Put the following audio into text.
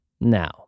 Now